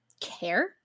care